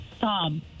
tom